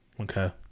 okay